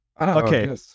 Okay